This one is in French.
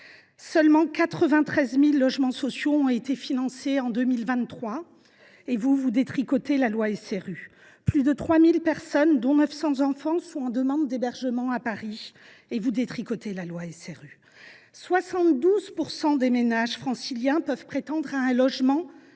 Seulement 93 000 logements sociaux ont été financés en 2023 ; mais vous, vous détricotez la loi SRU ! Plus de 3 000 personnes, dont 900 enfants, demandent un hébergement à Paris ; mais vous, vous détricotez la loi SRU ! Enfin, 72 % des ménages franciliens peuvent prétendre à un logement